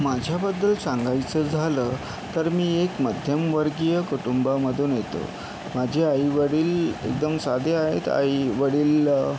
माझ्याबद्दल सांगायचं झालं तर मी एक मध्यमवर्गीय कुटुंबामधून येतो माझे आई वडील एकदम साधे आहेत आई वडील